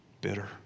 bitter